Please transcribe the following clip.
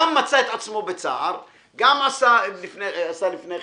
גם מצא את עצמו בצער, גם עשה ביטוח לפני כן,